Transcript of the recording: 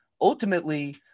ultimately –